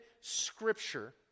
Scripture